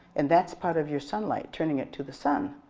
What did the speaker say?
and that's part of your sunlight, turning it to the sun.